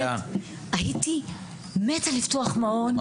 הייתי מתה לפתוח מעון,